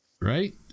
Right